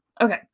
Okay